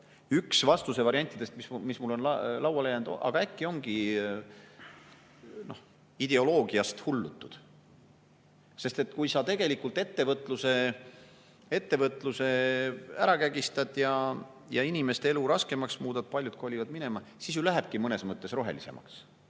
Üks vastusevariantidest, mis mul on lauale jäänud, on see, et aga äkki ongi ideoloogiast hullutud. Kui sa ettevõtluse ära kägistad ja inimeste elu raskemaks muudad ning paljud kolivad minema, siis ju lähebki mõnes mõttes rohelisemaks.